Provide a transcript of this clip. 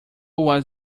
was